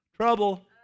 Trouble